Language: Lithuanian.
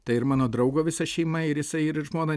tai ir mano draugo visa šeima ir jisai ir žmona